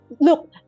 look